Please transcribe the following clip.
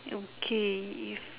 okay if